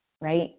right